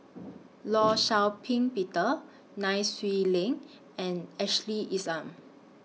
law Shau Ping Peter Nai Swee Leng and Ashley Isham